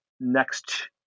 next